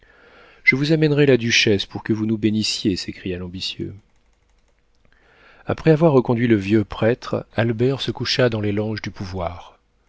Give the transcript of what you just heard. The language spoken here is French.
je vous amènerai la duchesse pour que vous nous bénissiez s'écria l'ambitieux après avoir reconduit le vieux prêtre albert se coucha dans les langes du pouvoir